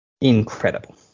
incredible